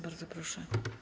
Bardzo proszę.